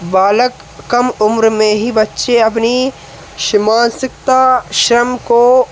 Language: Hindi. बालक कम उम्र में ही बच्चे अपनी शि मानसिकता श्रम को